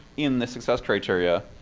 in the success criteria.